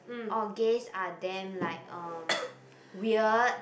or gays damn like uh weird